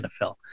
NFL